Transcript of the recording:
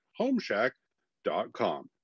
homeshack.com